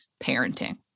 parenting